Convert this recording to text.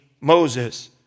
Moses